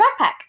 backpack